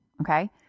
okay